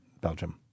Belgium